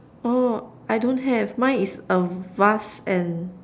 oh I don't have mine is a vase and